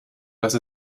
dass